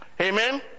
Amen